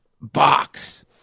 box